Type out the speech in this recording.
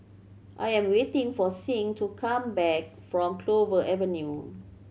I am waiting for Sing to come back from Clover Avenue